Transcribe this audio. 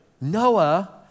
Noah